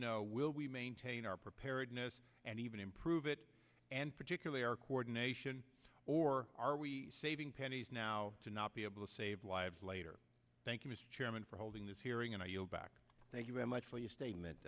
know will we maintain our preparedness and even improve it and particularly our coordination or are we saving pennies now to not be able to save lives later thank you mr chairman for holding this hearing and i yield back thank you very much for your statement